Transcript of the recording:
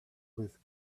with